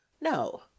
no